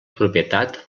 propietat